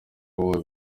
wowe